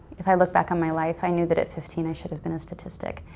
if i look back on my life i knew that at fifteen i should have been a statistic.